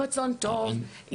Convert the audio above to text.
רצון טוב,